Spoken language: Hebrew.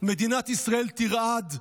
מדינת ישראל תרעד.